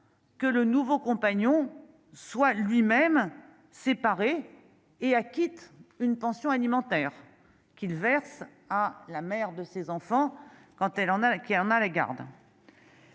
que le nouveau compagnon soit lui-même séparé et quitte une pension alimentaire qu'il verse à la mère de ses enfants quand elle en a là qui en